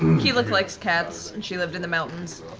and keyleth likes cats, and she lived in the mountains,